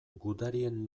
gudarien